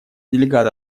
делегат